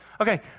okay